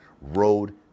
road